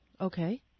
Okay